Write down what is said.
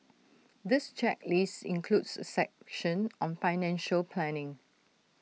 this checklist includes A section on financial planning